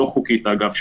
לא חוקית אגב,